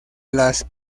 las